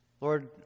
Lord